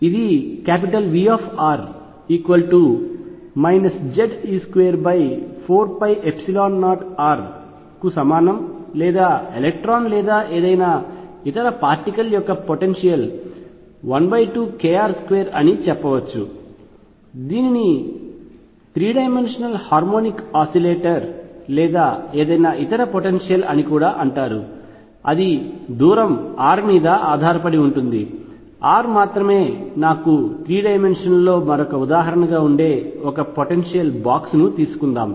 ఇది V Ze24π0r సమానం లేదా ఎలక్ట్రాన్ లేదా ఏదైనా ఇతర పార్టికల్ యొక్క పొటెన్షియల్ 12kr2 అని చెప్పవచ్చు దీనిని 3 డైమెన్షనల్ హార్మోనిక్ ఆసిలేటర్ లేదా ఏదైనా ఇతర పొటెన్షియల్ అని కూడా అంటారు అది దూరం r మీద ఆధారపడి ఉంటుంది r మాత్రమే నాకు 3 డైమెన్షన్ లలో మరొక ఉదాహరణగా ఉండే ఒక పొటెన్షియల్ బాక్స్ ను తీసుకుందాం